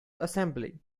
assembly